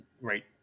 right